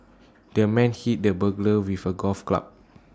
the man hit the burglar with A golf club